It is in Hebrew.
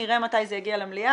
נראה מתי זה יגיע למליאה.